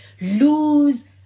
lose